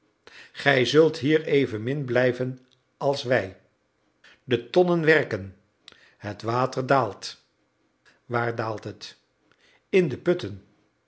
gij zult hier evenmin blijven als wij de tonnen werken het water daalt waar daalt het in de putten